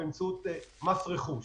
באמצעות מס רכוש.